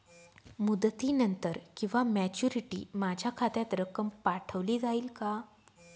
मुदतीनंतर किंवा मॅच्युरिटी माझ्या खात्यात रक्कम पाठवली जाईल का?